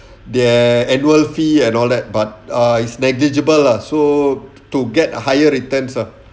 their annual fee and all that but uh it's negligible lah so to get higher returns ah